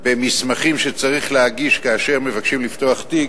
במסמכים שצריך להגיש כאשר מבקשים לפתוח תיק,